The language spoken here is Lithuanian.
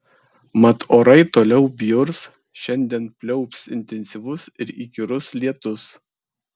mat orai toliau bjurs šiandien pliaups intensyvus ir įkyrus lietus